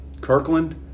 Kirkland